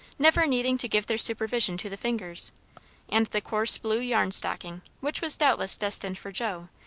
never needing to give their supervision to the fingers and the coarse blue yarn stocking, which was doubtless destined for joe,